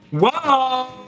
Whoa